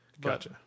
Gotcha